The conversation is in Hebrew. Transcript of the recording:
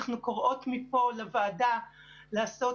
אנחנו קוראות מפה לוועדה לעשות